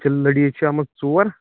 أسۍ چھِ لٔڈیٖز چھِ اَتھ مَنٛز ژور